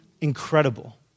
incredible